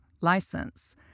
license